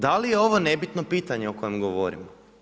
Da li je ovo nebitno pitanje o kojem govorim?